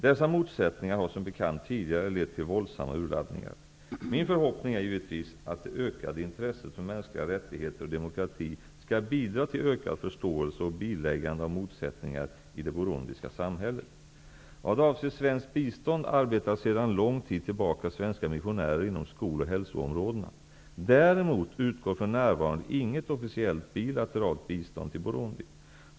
Dessa motsättningar har som bekant tidigare lett till våldsamma urladdningar. Min förhoppning är givetvis att det ökade intresset för mänskliga rättigheter och demokrati skall bidra till ökad förståelse och biläggande av motsättningar i det burundiska samhället. Vad avser svenskt bistånd arbetar sedan lång tid tillbaka svenska missionärer inom skol och hälsoområdena. Däremot utgår för närvarande inget officiellt bilateralt bistånd till Burundi.